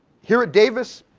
here at davis,